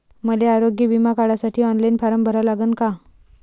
मले आरोग्य बिमा काढासाठी ऑनलाईन फारम भरा लागन का?